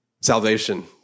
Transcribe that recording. salvation